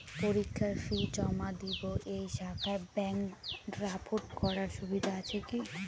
পরীক্ষার ফি জমা দিব এই শাখায় ব্যাংক ড্রাফট করার সুবিধা আছে কি?